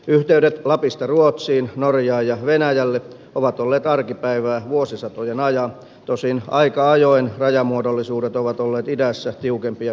yhteydet lapista ruotsiin norjaan ja venäjälle ovat olleet arkipäivää vuosisatojen ajan tosin aika ajoin rajamuodollisuudet ovat olleet idässä tiukempia kuin lännessä